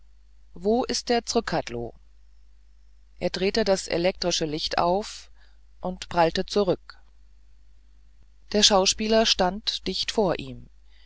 wo ist der zrcadlo er drehte das elektrische licht auf und prallte zurück der schauspieler stand dicht vor ihm